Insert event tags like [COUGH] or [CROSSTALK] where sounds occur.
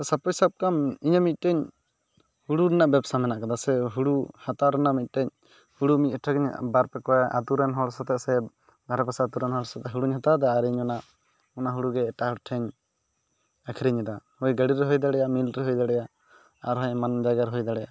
ᱥᱟᱯᱳᱡᱽ ᱥᱟᱵ ᱠᱟᱜ ᱢᱮ ᱤᱧᱟᱹᱜ ᱢᱤᱫᱴᱟᱝ ᱦᱩᱲᱩ ᱨᱮᱱᱟᱜ ᱵᱮᱵᱥᱟ ᱢᱮᱱᱟᱜ ᱠᱟᱫᱟ ᱥᱮ ᱦᱩᱲᱩ ᱦᱟᱛᱟᱣ ᱨᱮᱱᱟᱜ ᱢᱤᱫᱴᱮᱱ ᱦᱩᱲᱩ ᱢᱤᱫ ᱟᱴᱨᱟ [UNINTELLIGIBLE] ᱵᱟᱨᱯᱮ ᱠᱚᱭᱟ ᱟᱹᱛᱩᱨᱮᱱ ᱦᱚᱲ ᱥᱟᱛᱮ ᱥᱮ ᱫᱷᱟᱨᱮ ᱯᱟᱥᱮ ᱟᱹᱛᱩᱨᱮᱱ ᱦᱚᱲ ᱥᱩᱫᱫᱟᱹ ᱦᱩᱲᱩᱧ ᱦᱟᱛᱟᱣ ᱮᱫᱟ ᱟᱨ ᱤᱧ ᱚᱱᱟ ᱦᱩᱲᱩᱜᱮ ᱮᱴᱟᱜ ᱦᱚᱲᱴᱷᱮᱱ ᱤᱧ ᱟᱠᱷᱨᱤᱧᱮᱫᱟ ᱦᱳᱭ ᱜᱟᱰᱤᱨᱮ ᱦᱩᱭ ᱫᱟᱲᱮᱭᱟᱜᱼᱟ ᱢᱤᱞ ᱨᱮ ᱦᱩᱭ ᱫᱟᱲᱮᱭᱟᱜᱼᱟ ᱟᱨᱦᱚᱸ ᱮᱢᱟᱱ ᱡᱟᱭᱜᱟ ᱨᱮ ᱦᱩᱭ ᱫᱟᱲᱮᱭᱟᱜᱼᱟ